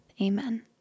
Amen